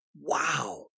Wow